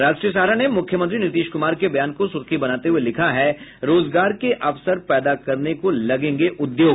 राष्ट्रीय सहारा ने मुख्यमंत्री नीतीश कुमार के बयान को सुर्खी बनाते हुए लिखा है रोजगार के अवसर पैदा करने को लगेंगे उद्योग